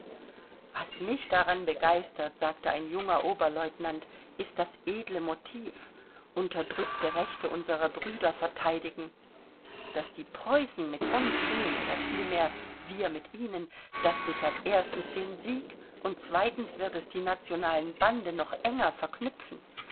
was mich daran begeistert sagte ein junger oberlieutenant ist das edle motiv unterdrückte rechte unserer brüder verteidigen daß die preußen mit uns gehen oder vielmehr wir mit ihnen das sichert erstens den sieg und zweitens wird es die nationalen bande noch enger verknüpfen